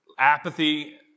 Apathy